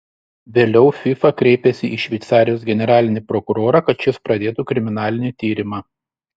vėliau fifa kreipėsi į šveicarijos generalinį prokurorą kad šis pradėtų kriminalinį tyrimą